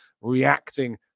reacting